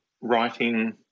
writing